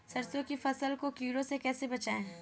सरसों की फसल को कीड़ों से कैसे बचाएँ?